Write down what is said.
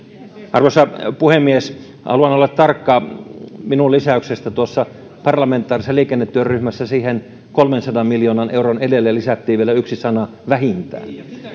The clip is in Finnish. arvoisa puhemies haluan olla tarkka minun lisäyksestäni tuossa parlamentaarisessa liikennetyöryhmässä siihen kolmensadan miljoonan euron edelle lisättiin vielä yksi sana vähintään